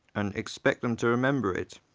and expect them to remember it.